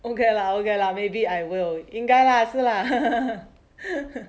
okay lah okay lah maybe I will 应该 lah 是 lah